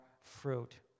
fruit